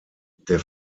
der